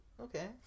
okay